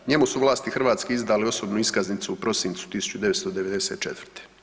Njemu su vlasti hrvatske izdale osobnu iskaznicu u prosincu 1994.